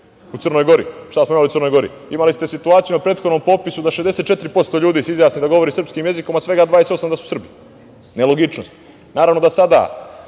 u Crnoj Gori, šta smo imali u Crnoj Gori. Imali smo situaciju na prethodnom popisu da 64% ljudi se izjasni da govori srpskim jezikom, a svega 28% da su Srbi. Nelogičnost. Naravno da sada